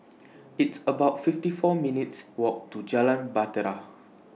It's about fifty four minutes' Walk to Jalan Bahtera